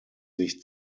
sich